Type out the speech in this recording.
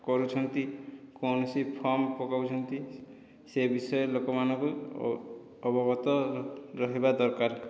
କରୁଛନ୍ତି କୌଣସି ଫର୍ମ ପକାଉଛନ୍ତି ସେ ବିଷୟରେ ଲୋକମାନଙ୍କୁ ଓ ଅବଗତ ରହିବା ଦରକାର